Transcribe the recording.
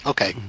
Okay